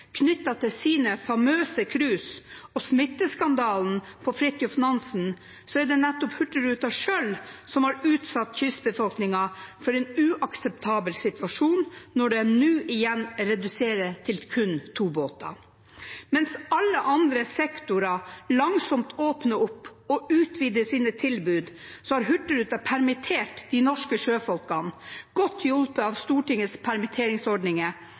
til sine famøse cruise og smitteskandalen på «Fridtjof Nansen», er det nettopp Hurtigruten selv som har utsatt kystbefolkningen for en uakseptabel situasjon, når de nå igjen reduserer til kun to båter. Mens alle andre sektorer langsomt åpner opp og utvider sine tilbud, har Hurtigruten permittert de norske sjøfolkene, godt hjulpet av Stortingets permitteringsordninger,